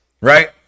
right